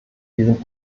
diesem